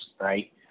right